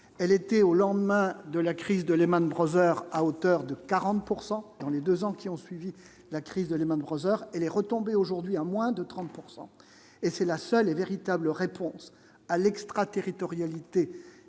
elle était au lendemain de la crise de Lehman Brothers, à hauteur de 40 pourcent dans les 2 ans qui ont suivi la crise de Lehman Brothers et les retombées aujourd'hui à moins de 30 pourcent et c'est la seule et véritable réponse à l'extraterritorialité